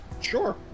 Sure